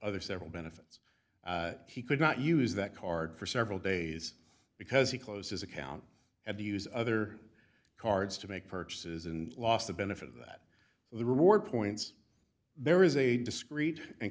other several benefits he could not use that card for several days because he closed his account at the use other cards to make purchases and lost the benefit of that so the reward points there is a discrete and